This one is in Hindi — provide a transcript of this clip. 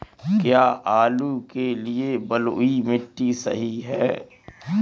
क्या आलू के लिए बलुई मिट्टी सही है?